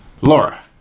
Laura